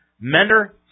Mender